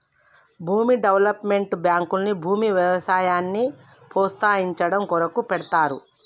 భూమి డెవలప్మెంట్ బాంకుల్ని భూమి వ్యవసాయాన్ని ప్రోస్తయించడం కొరకు పెడ్తారు